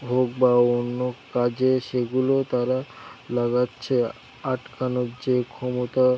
হোক বা অন্য কাজে সেগুলো তারা লাগাচ্ছে আটকানোর যে ক্ষমতা